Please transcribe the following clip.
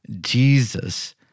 Jesus